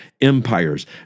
empires